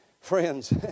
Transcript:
Friends